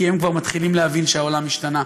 כי הם כבר מתחילים להבין שהעולם השתנה,